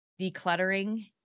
decluttering